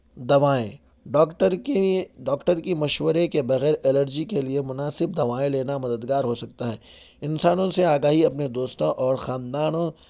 دوائیں ڈاکٹر کے ڈاکٹر کے مشورے کے بغیر الرجی کے لیے مناسب دوائیں لینا مددگار ہو سکتا ہے انسانوں سے آگاہی اپنے دوستوں اور خاندانوں